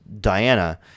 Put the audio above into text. Diana